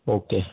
okay